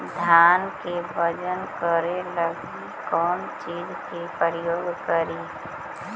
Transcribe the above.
धान के बजन करे लगी कौन चिज के प्रयोग करि?